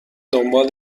دنبال